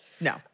No